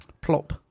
Plop